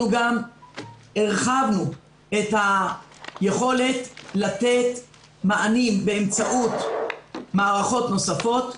אנחנו גם הרחבנו את היכולת לתת מענים באמצעות מערכות נוספות,